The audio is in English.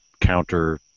counter